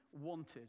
wanted